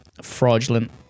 Fraudulent